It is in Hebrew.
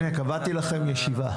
קבעתי לכם ישיבה